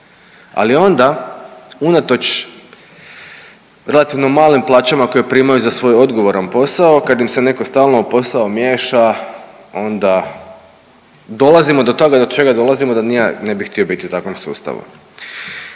ali onda unatoč relativno malim plaćama koje primaju za svoj odgovoran posao kad im se netko stalno u posao miješa onda dolazimo do toga do čega dolazimo da ni ja na bi htio biti u takvom sustavu.